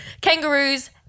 Kangaroos